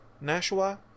Nashua